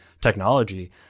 technology